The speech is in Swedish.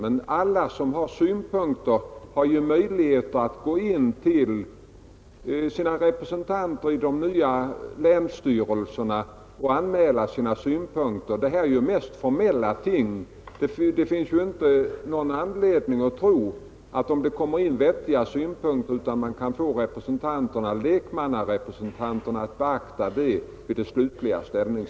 Men alla som har synpunkter har ju möjligheter att kontakta sina representanter i de nya länsstyrelserna och anmäla sina synpunkter. Det är ju inte fråga om formella regler. Det finns inte någon anledning att tro att man inte kan få lekmannarepresentanterna att vid det slutliga ställningstagandet beakta de vettiga synpunkter som kommer in.